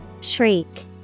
Shriek